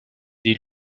des